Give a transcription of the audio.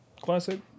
Classic